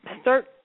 start